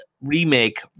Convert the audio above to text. remake